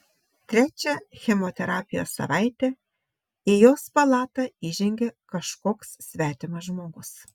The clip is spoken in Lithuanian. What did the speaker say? trečią chemoterapijos savaitę į jos palatą įžengė kažkoks svetimas žmogus